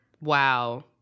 Wow